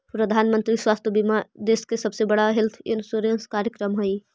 प्रधानमंत्री स्वास्थ्य बीमा देश के सबसे बड़ा हेल्थ इंश्योरेंस कार्यक्रम हई